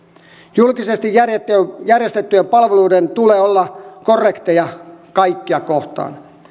julkisesti järjestettyjen palveluiden tulee olla korrekteja kaikkia kohtaan